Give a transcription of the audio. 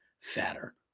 fatter